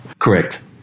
Correct